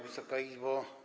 Wysoka Izbo!